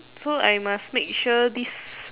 so I must make sure these